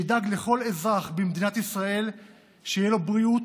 שידאג שלכל אזרח במדינת ישראל תהיה בריאות,